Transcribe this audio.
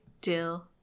dill